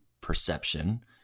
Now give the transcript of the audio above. perception